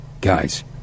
guys